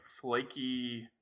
flaky